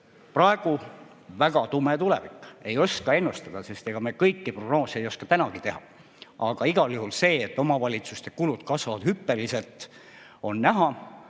Praegu on väga tume tulevik. Ei oska ennustada, sest ega me kõiki prognoose ei oska tänagi teha. Aga igal juhul see, et omavalitsuste kulud kasvavad hüppeliselt, on näha